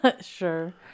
Sure